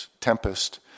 tempest